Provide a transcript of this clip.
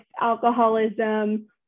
alcoholism